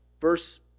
verse